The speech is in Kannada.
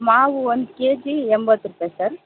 ಮಾವು ಒಂದು ಕೆಜಿ ಎಂಬತ್ತು ರೂಪಾಯಿ ಸರ್